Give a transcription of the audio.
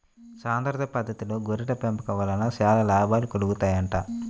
సాంద్ర పద్దతిలో గొర్రెల పెంపకం వలన చాలా లాభాలు కలుగుతాయంట